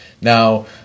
now